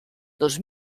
dos